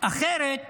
אחרת